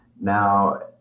Now